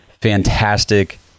fantastic